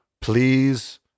please